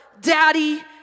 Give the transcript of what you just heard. daddy